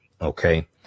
Okay